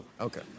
Okay